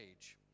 age